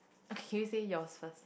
okay can you say yours first